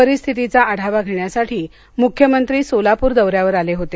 परिस्थितीचा आढावा घेण्यासाठी मुख्यमंत्री सोलापूर दौऱ्यावर आले होते